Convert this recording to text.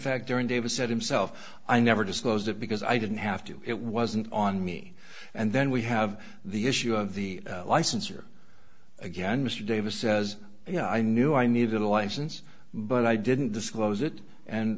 fact during davis said himself i never disclosed that because i didn't have to it wasn't on me and then we have the issue of the license or again mr davis says you know i knew i needed a license but i didn't disclose it and